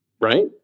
right